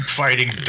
fighting